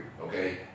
okay